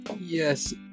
yes